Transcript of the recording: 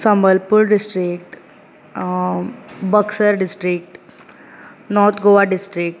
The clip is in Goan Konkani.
समलपूल district Buxar district north Goa district